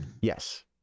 Yes